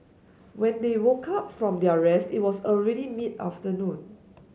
when they woke up from their rest it was already mid afternoon